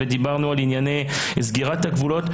ודיברנו על ענייני סגירת הגבולות,